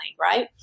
right